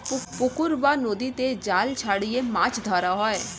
পুকুর বা নদীতে জাল ছড়িয়ে মাছ ধরা হয়